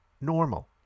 normal